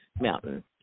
mountain